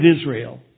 Israel